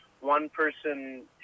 one-person